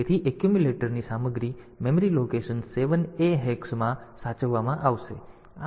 તેથી એક્યુમ્યુલેટરની સામગ્રી મેમરી લોકેશન 7a હેક્સમાં સાચવવામાં આવશે